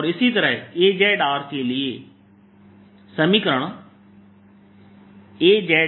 और इसी तरह Azr के लिए समीकरण Azr04πjzr